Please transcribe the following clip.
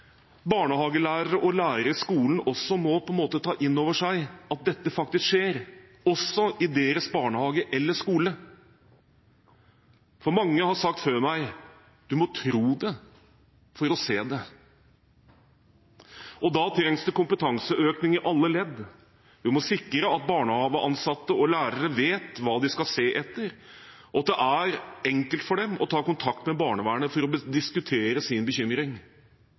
barnehagelærere og lærere i skolen også må ta inn over seg at dette faktisk skjer også i deres barnehage eller skole. Mange har sagt før meg: Du må tro det for å se det. Da trengs det kompetanseøkning i alle ledd. Vi må sikre at barnehageansatte og lærere vet hva de skal se etter, og at det er enkelt for dem å ta kontakt med barnevernet for å diskutere sin bekymring